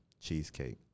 cheesecake